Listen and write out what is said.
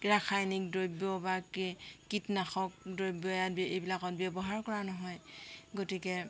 ৰাসায়নিক দ্ৰব্য বা কে কীটনাশক দ্ৰব্য ইয়াত এইবিলাকত ব্যৱহাৰ কৰা নহয় গতিকে